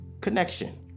Connection